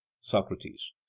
Socrates